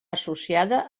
associada